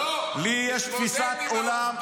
אין לי שנאה.